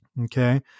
Okay